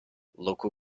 local